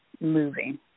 moving